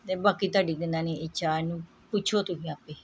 ਅਤੇ ਬਾਕੀ ਤੁਹਾਡੀ ਕਿੰਨਾ ਨਹੀਂ ਇੱਛਾ ਇਹਨੂੰ ਪੁੱਛੋ ਤੁਸੀਂ ਆਪੇ